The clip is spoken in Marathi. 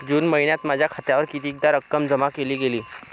जून महिन्यात माझ्या खात्यावर कितीदा रक्कम जमा केली गेली?